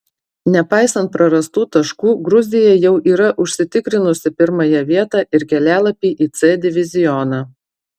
nepaisant prarastų taškų gruzija jau yra užsitikrinusi pirmąją vietą ir kelialapį į c divizioną